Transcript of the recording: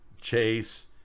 chase